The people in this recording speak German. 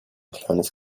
kleines